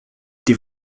die